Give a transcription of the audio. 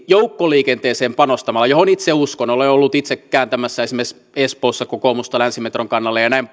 joukkoliikenteeseen johon itse uskon olen ollut itse kääntämässä esimerkiksi espoossa kokoomusta länsimetron kannalle ja ja näin